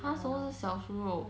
!huh! 什么是小酥肉